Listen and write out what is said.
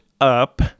up